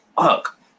fuck